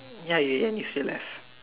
ya in the end you still left